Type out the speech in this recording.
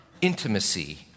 intimacy